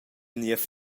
niev